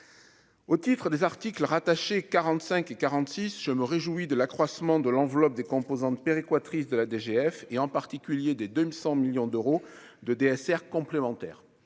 au titre des articles rattachés 45 et 46, je me réjouis de l'accroissement de l'enveloppe des composantes quoi triste de la DGF et en particulier des 200 millions d'euros de DSR complémentaire,